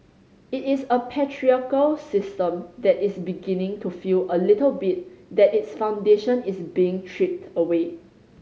it is a patriarchal system that is beginning to feel a little bit that its foundation is being chipped away